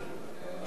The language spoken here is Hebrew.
אינו נוכח